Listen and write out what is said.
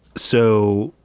so,